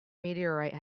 meteorite